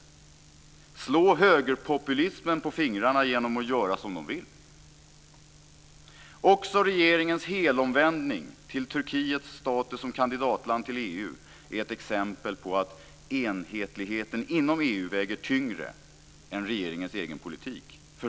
Man slår högerpopulismen på fingrarna genom att göra som de vill. Också regeringens helomvändning när det gäller Turkiets status som kandidatland till EU är ett exempel på att enhetligheten inom EU väger tyngre än regeringens egen politik.